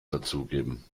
dazugeben